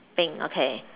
pink okay